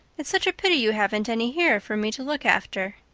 it's such a pity you haven't any here for me to look after.